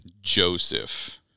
Joseph